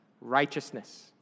righteousness